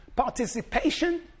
participation